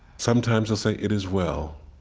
sometimes they'll say, it is well.